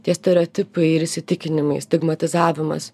tie stereotipai ir įsitikinimai stigmatizavimas